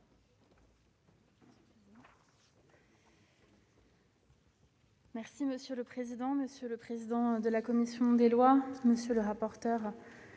Monsieur le président, monsieur le président de la commission des lois, monsieur le rapporteur,